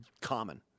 common